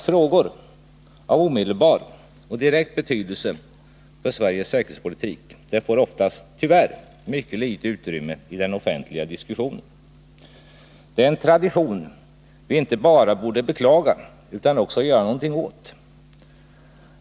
Frågor av omedelbar och direkt betydelse för Sveriges säkerhetspolitik får oftast tyvärr mycket litet utrymme i den offentliga diskussionen. Det är en tradition vi inte bara borde beklaga utan också göra något åt.